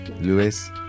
Luis